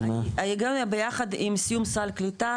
ההיגיון היה ביחד עם סיום סל קליטה